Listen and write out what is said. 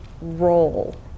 role